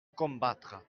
combattre